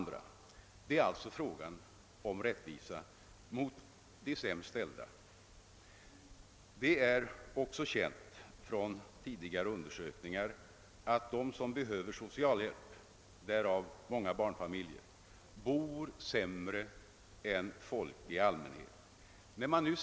Det är alltså fråga om rättvisa mot de stämst ställda. Det är också känt från tidigare undersökningar att de som behöver socialhjälp — därav många barnfamiljer — bor sämre än folk i allmänhet. När man nu.